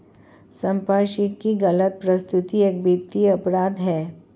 संपार्श्विक की गलत प्रस्तुति एक वित्तीय अपराध है